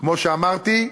כמו שאמרתי,